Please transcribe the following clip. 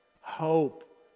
hope